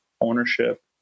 ownership